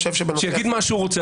שיגיד מה שהוא רוצה,